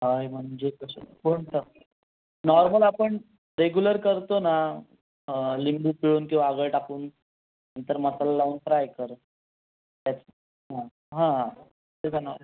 five म्हणजे कसं कोणतं नॉर्मल आपण रेगुलर करतो ना लिंबू पिळून किंवा आगळ टाकून नंतर मसाला लावून फ्राय कर त्याच हां हां हां त्याचा ना